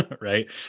Right